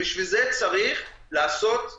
בשביל זה צריך לאסוף מודיעין,